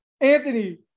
Anthony